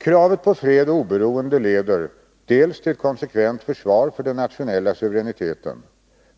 Kravet på fred och oberoende leder dels till ett konsekvent försvar för den nationella suveräniteten,